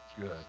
good